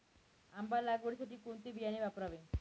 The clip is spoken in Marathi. आंबा लागवडीसाठी कोणते बियाणे वापरावे?